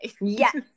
Yes